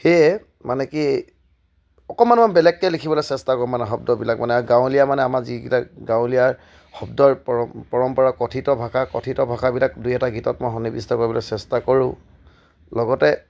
সেয়ে মানে কি অকণমান মই বেলেগকৈ লিখিবলৈ চেষ্টা কৰোঁ মানে শব্দবিলাক মানে গাঁৱলীয়া মানে আমাৰ যিকেইটা গাঁৱলীয়া শব্দৰ পৰম্পৰা কথিত ভাষা কথিত ভাষাবিলাক দুই এটা গীতত মই সন্নিৱিষ্ট কৰিবলৈ চেষ্টা কৰোঁ লগতে